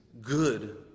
good